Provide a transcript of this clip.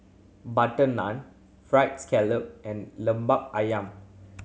butter naan Fried Scallop and Lemper Ayam